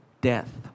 death